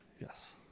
Yes